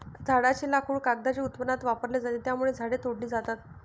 झाडांचे लाकूड कागदाच्या उत्पादनात वापरले जाते, त्यामुळे झाडे तोडली जातात